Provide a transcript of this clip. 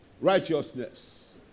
Righteousness